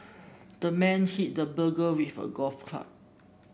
the man hit the burglar with a golf club